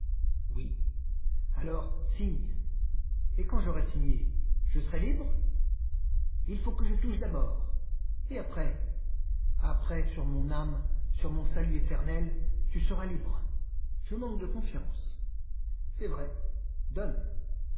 oui alors signe et quand j'aurai signé je serai libre il faut que je touche d'abord et après après sur mon âme sur mon salut éternel tu seras libre je manque de confiance as-tu le choix c'est vrai donne